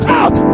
out